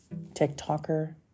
TikToker